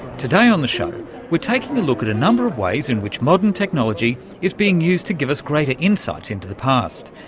today on the show we're taking a look at a number of ways in which modern technology is being used to give us greater insights into the past.